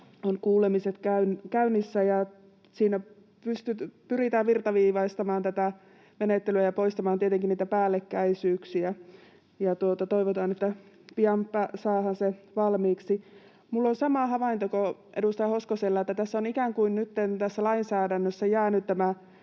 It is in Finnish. ovat kuulemiset käynnissä. Siinä pyritään virtaviivaistamaan tätä menettelyä ja tietenkin poistamaan niitä päällekkäisyyksiä. Toivotaan, että pian saadaan se valmiiksi. Minulla on sama havainto kuin edustaja Hoskosella, että tässä on nytten lainsäädännössä jäänyt ikään